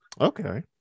Okay